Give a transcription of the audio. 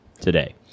Today